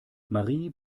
marie